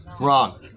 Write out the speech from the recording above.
Wrong